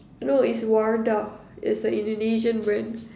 no it's Wardah it's a Indonesian brand